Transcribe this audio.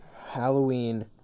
Halloween